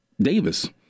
Davis